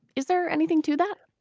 is there anything to that?